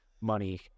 money